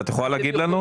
את יכולה להגיד לנו?